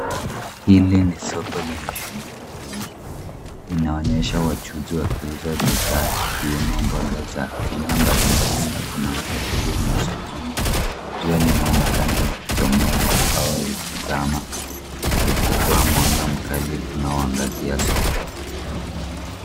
Hili ni soko lenye shughuli nyingi. Inaonesha wachuzi wakiuza bidhaa ikiwemo mboga za aina mbalimbali na kuna watu wengi sokoni. Jua linaonekana likichomoza au likizama. Likitoa mwanga mkali unaoangazia soko.